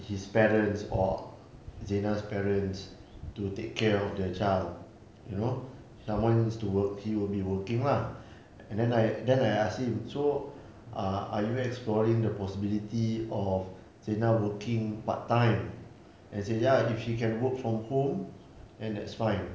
his parents or zina's parents to take care of the child you know someone needs to work he will be working lah and then I then I ask him so uh are you exploring the possibility of zina working part time then he say ya if she can work from home then that's fine